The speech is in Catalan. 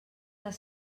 les